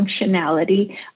functionality